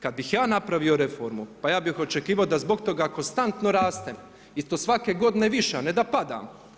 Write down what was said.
Kad bih ja napravio reformu, pa ja bih očekivao da zbog toga konstantno raste i to svake godine više, a ne da padam.